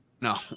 No